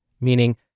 meaning